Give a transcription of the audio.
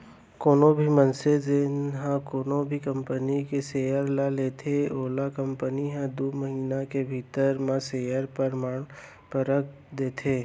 कोनो भी मनसे जेन ह कोनो भी कंपनी के सेयर ल लेथे ओला कंपनी ह दू महिना के भीतरी म सेयर परमान पतरक देथे